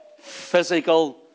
physical